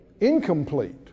Incomplete